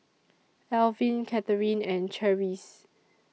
Elvin Catharine and Cherise